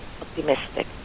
optimistic